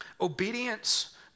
Obedience